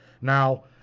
Now